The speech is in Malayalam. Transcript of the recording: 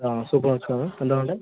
ആ സൂപ്പർ മാർക്കറ്റാണ് എന്താ വേണ്ടത്